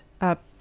up